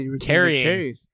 carrying